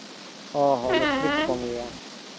ᱚ ᱦᱚᱸ ᱢᱤᱥᱛᱨᱤ ᱠᱚ ᱠᱚᱢ ᱜᱮᱭᱟ